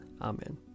Amen